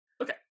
Okay